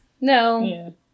No